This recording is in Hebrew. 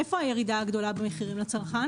איפה הירידה הגדולה במחיר לצרכן